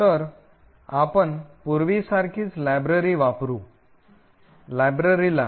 तर आपण पूर्वीसारखीच लायब्ररी वापरु लायब्ररीला मायलिब सी mylib